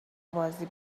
بازی